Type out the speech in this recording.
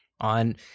on –